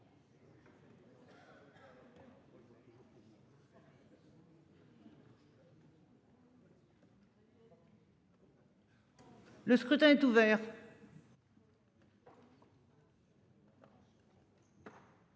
Le scrutin est ouvert.